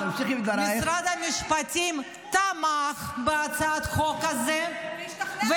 משרד המשפטים תמך בהצעת החוק הזאת -- והוא השתכנע